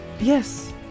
Yes